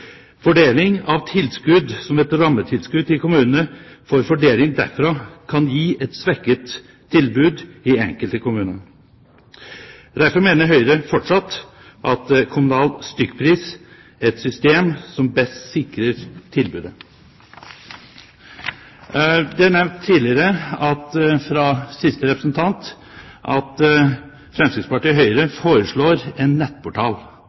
Fordeling av tilskudd som et rammetilskudd til kommunene for fordeling derfra kan gi et svekket tilbud i enkelte kommuner. Derfor mener Høyre fortsatt at kommunal stykkpris er et system som best sikrer tilbudet. Det er nevnt tidligere, fra representanten Horne, at Fremskrittspartiet og Høyre foreslår at det utarbeides en nettportal